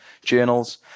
journals